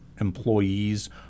employees